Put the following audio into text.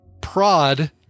prod